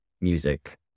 music